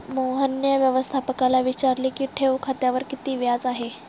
मोहनने व्यवस्थापकाला विचारले की ठेव खात्यावर किती व्याज आहे?